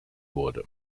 wurde